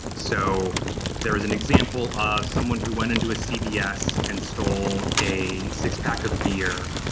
so there is an example of someone who went into a cbs and stole a six pack of beer.